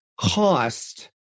cost